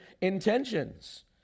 intentions